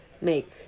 make